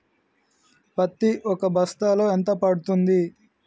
పత్తి ఒక బస్తాలో ఎంత పడ్తుంది?